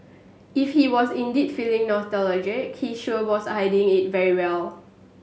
if he was indeed feeling nostalgic he sure was hiding it very well